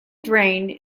drained